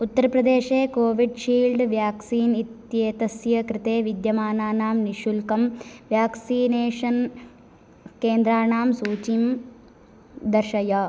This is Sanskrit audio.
उत्तरप्रदेशे कोविड्शील्ड् व्याक्सीन् इत्येतस्य कृते विद्यमानानां निःशुल्कं व्याक्सिनेषन् केन्द्राणां सूचीं दर्शय